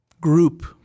group